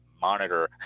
monitor